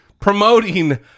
Promoting